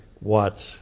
Watts